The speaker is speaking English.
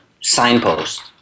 signpost